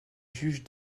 juge